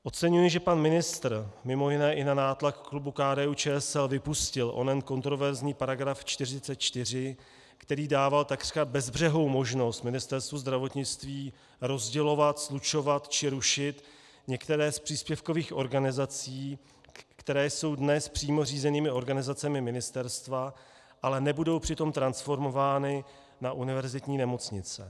Oceňuji, že pan ministr mj. i na nátlak klubu KDUČSL vypustil onen kontroverzní § 44, který dával takřka bezbřehou možnost Ministerstvu zdravotnictví rozdělovat, slučovat či rušit některé z příspěvkových organizací, které jsou dnes přímo řízenými organizacemi ministerstva, ale nebudou přitom transformovány na univerzitní nemocnice.